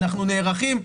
אנחנו נערכים,